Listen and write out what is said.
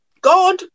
God